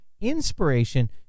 Inspiration